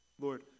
Lord